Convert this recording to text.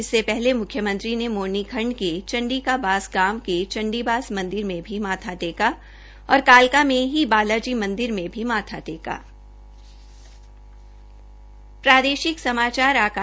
इससे पहले मुख्यमंत्री ने मोरनी खण्ड के चंडी का बास गांव के चंडिबास मंदिर में भी माथा टेका और कालका में ही बाला जी मंदिर में भी माथा टेका